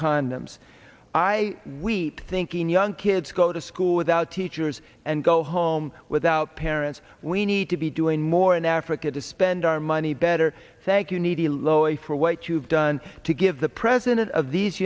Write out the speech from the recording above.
condoms i weep thinking young kids go to school without teachers and go home without parents we need to be doing more in africa to spend our money better thank you need a low a for what you've done to give the president of these